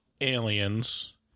Aliens